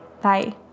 Bye